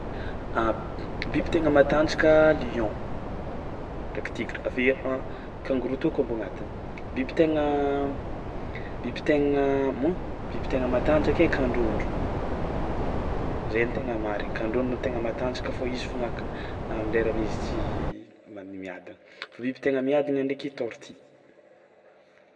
Biby taigna matanjakaa lion, ndraiky tigre, aveo an- kangoro tô koa mbô agnatiny, biby taigna biby taigna moan! Biby taigna matanjaka ay kandrôndro zay ny tegna marigny, kandrôndro no tegna matanjaka fa izy faogna ak- amin'ny lairany izy tsy miadagna fa biby tegna miadagna ndraiky taorty.